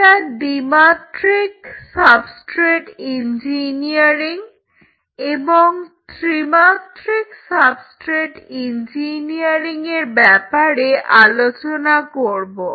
আমরা দ্বিমাত্রিক substrate engineering এবং ত্রিমাত্রিক সাবস্ট্রেট ইঞ্জিনিয়ারিং এর ব্যাপারে আলোচনা করব